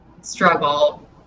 struggle